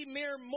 mere